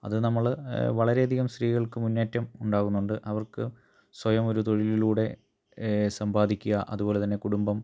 അത് നമ്മള് വളരെയധികം സ്ത്രീകൾക്ക് മുന്നേറ്റം ഉണ്ടാകുന്നുണ്ട് അവർക്ക് സ്വയം ഒരു തൊഴിലിലൂടെ സമ്പാദിക്കുക അതുപോലെ തന്നെ കുടുംബം